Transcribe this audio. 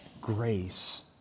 grace